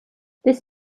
this